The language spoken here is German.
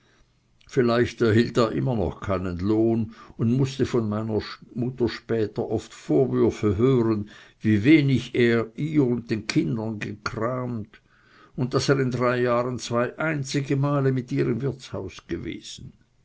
freilich erhielt er noch immer keinen lohn und mußte von meiner mutter später oft vorwürfe hören wie wenig er ihr und den kindern gekramt und daß er in drei jahren zwei einzige male mit ihr im wirtshaus gewesen